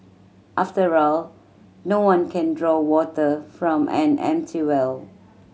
after all no one can draw water from an empty well